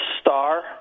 star